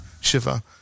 shiva